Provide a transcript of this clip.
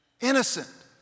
Innocent